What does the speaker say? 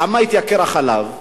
בכמה התייקר החלב?